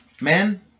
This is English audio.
Man